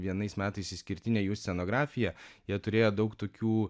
vienais metais išskirtinė jų scenografija jie turėjo daug tokių